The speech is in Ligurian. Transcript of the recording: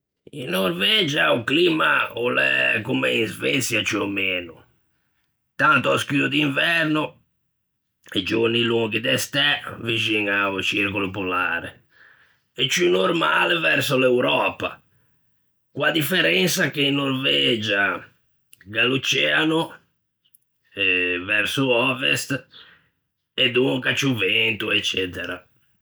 In Norvegia o climma o l'é comme in Sveçia, ciù ò meno, tanto scuo d'inverno e giorni longhi de stæ, vixin a-o circolo polare, e ciù normale verso l'Euröpa, con a differensa che in Norvegia gh'é l'oceano e verso ovest, e donca ciù vento eccetera.